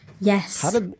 Yes